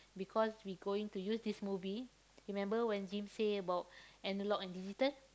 because we going to use this movie remember when James say about analog and digital